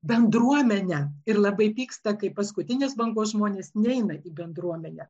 bendruomenę ir labai pyksta kai paskutinės bangos žmonės neina į bendruomenę